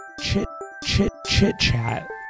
Chit-chit-chit-chat